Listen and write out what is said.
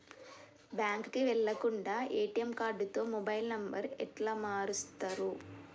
బ్యాంకుకి వెళ్లకుండా ఎ.టి.ఎమ్ కార్డుతో మొబైల్ నంబర్ ఎట్ల మారుస్తరు?